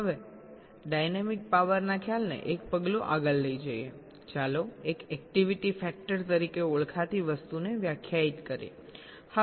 હવે ડાયનેમિક પાવરના ખ્યાલને એક પગલું આગળ લઈ જઈએ ચાલો એક એક્ટિવિટી ફેક્ટર તરીકે ઓળખાતી વસ્તુને વ્યાખ્યાયિત કરીએ